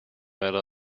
metal